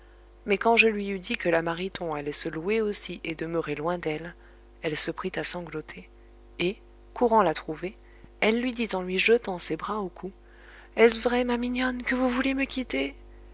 mais quand je lui eus dit que la mariton allait se louer aussi et demeurer loin d'elle elle se prit à sangloter et courant la trouver elle lui dit en lui jetant ses bras au cou est-ce vrai ma mignonne que vous me voulez quitter